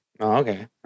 okay